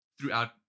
throughout